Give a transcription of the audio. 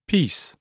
Peace